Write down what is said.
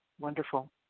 Wonderful